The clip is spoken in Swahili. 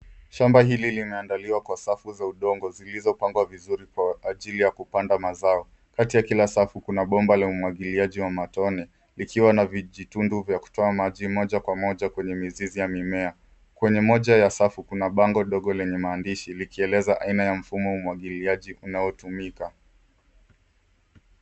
Shamba hili limeandaliwa kwa safu za udongo zilizopangwa vizuri kwa ajili ya kupanda mazao. Kati ya kila safu, kuna bomba la umwagiliaji wa matone likiwa na vijitundu vya kutoa maji moja kwa moja kwenye mizizi ya mimea. Kwenye moja ya safu kuna bango ndogo lenye maandishi likieleza aina ya mfumo umwagiliaji unaotumika.